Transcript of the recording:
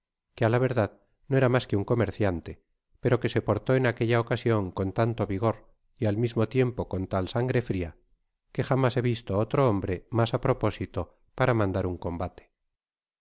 que á la verdad no era mas que un comerciante pero que se portó en aquella ocasion con tanto vigor y al mismo tiempo con tal sangre fria que jamás he visto otro hombre mas á propósito para mandar un combate